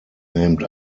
named